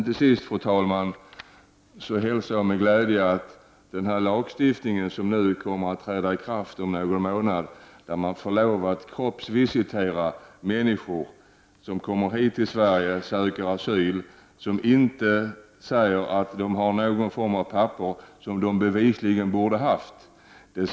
Till sist, fru talman, hälsar jag med glädje den lagstiftning som kommer att träda i kraft om någon månad och som ger lov att kroppsvisitera människor som kommer till Sverige och söker asyl och som säger att de inte har någon form av papper, vilket de bevisligen borde ha haft.